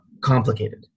complicated